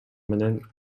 менен